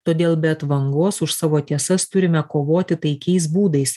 todėl be atvangos už savo tiesas turime kovoti taikiais būdais